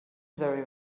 very